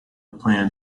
plan